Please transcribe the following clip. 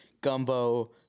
Gumbo